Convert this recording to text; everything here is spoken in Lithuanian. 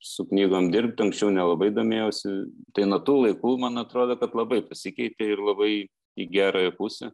su knygom dirbt anksčiau nelabai domėjausi tai nuo tų laikų man atrodo kad labai pasikeitė ir labai į gerąją pusę